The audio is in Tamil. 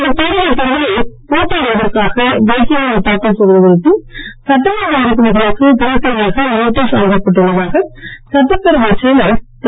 இந்தப் பேரவைத் தேர்தலில் போட்டியிடுவதற்காக வேட்புமனு தாக்கல் செய்வது குறித்து சட்டமன்ற உறுப்பினர்களுக்கு தனித்தனியாக நோட்டீஸ் அனுப்பப்பட்டு உள்ளதாக சட்டபேரவைச் செயலர் திரு